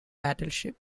battleship